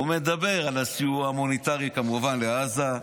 הוא מדבר על הסיוע ההומניטרי לעזה,